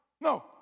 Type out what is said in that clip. No